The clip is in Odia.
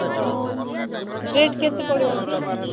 ହଉ ରେଟ୍ କେତେ ପଡ଼ିବ କି